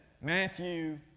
Matthew